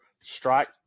strike